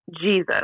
jesus